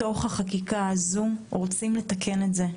בחקיקה הזאת אנחנו רוצים לתקן את זה,